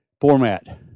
format